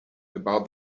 about